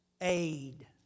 aid